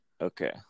Okay